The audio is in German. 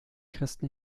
christen